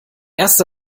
erste